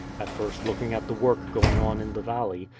at first looking at the work going on in the valley,